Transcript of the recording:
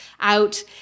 out